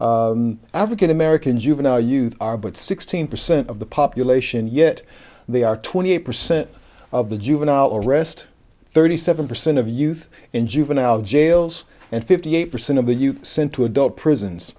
african american juvenile you are but sixteen percent of the population yet they are twenty percent of the juvenile arrest thirty seven percent of youth in juvenile jails and fifty eight percent of the youth sent to adult prisons